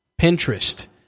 Pinterest